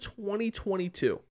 2022